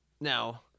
now